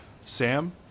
Sam